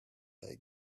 they